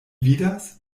vidas